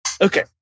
okay